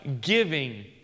giving